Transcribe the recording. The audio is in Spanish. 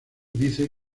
dice